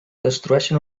destrueixen